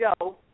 go